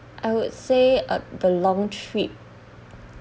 I would say uh the long trip